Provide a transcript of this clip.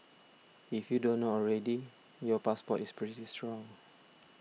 if you don't know already your passport is pretty strong